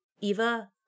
Eva